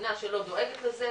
מדינה שלא דואגת לזה,